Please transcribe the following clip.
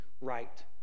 right